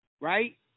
Right